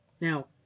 Now